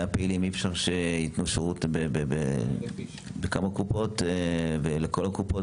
100 פעילים אי אפשר שייתנו שרות בכמה קופות ולכל הקופות,